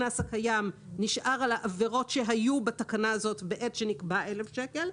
הקנס הקיים נשאר על העבירות שהיו בתקנה הזאת בעת שנקבעו 1,000 שקלים,